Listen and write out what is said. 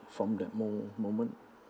from that mo~ moment